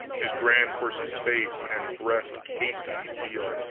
his grand horse's face and breast cased in steel,